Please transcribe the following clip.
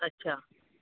अछा